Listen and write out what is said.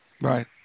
Right